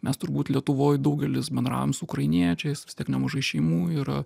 mes turbūt lietuvoj daugelis bendraujam su ukrainiečiais vis tiek nemažai šeimų yra